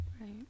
Right